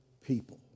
people